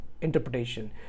interpretation